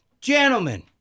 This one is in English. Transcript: Gentlemen